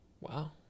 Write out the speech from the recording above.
Wow